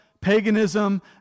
paganism